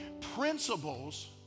principles